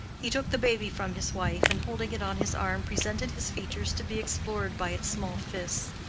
he took the baby from his wife and holding it on his arm presented his features to be explored by its small fists.